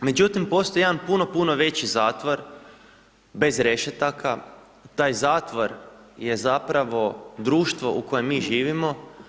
Međutim postoji jedan puno, puno veći zatvor bez rešetaka, taj zatvor je zapravo društvo u kojem mi živimo.